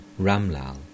Ramlal